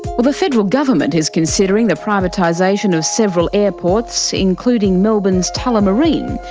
well, the federal government is considering the privatisation of several airports, including melbourne's tullamarine,